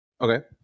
Okay